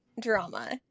Drama